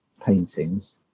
paintings